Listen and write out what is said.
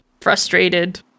frustrated